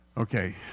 Okay